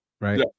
right